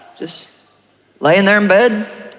just laying there in bed,